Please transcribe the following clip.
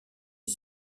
est